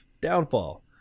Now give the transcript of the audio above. Downfall